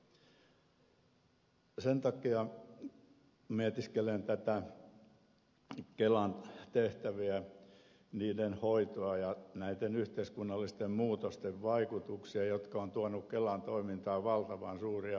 mietiskelen näitä kelan tehtäviä niiden hoitoa ja näiden yhteiskunnallisten muutosten vaikutuksia jotka ovat tuoneet kelan toimintaan valtavan suuria haasteita